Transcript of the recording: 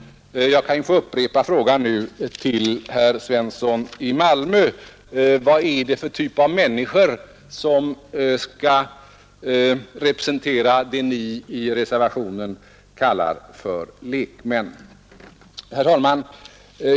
Jag kan upprepa frågan nu till herr Svensson i Malmö: Vad är det för typ av människor som skall representera det ni i reservationen kallar för lekmän? Herr talman!